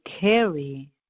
carry